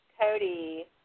Cody